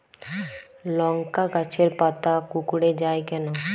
লংকা গাছের পাতা কুকড়ে যায় কেনো?